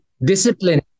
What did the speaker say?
discipline